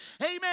amen